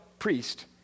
Priest